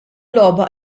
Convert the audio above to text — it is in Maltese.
logħba